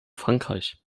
frankreich